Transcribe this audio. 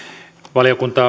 valiokunta